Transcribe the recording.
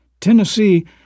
Tennessee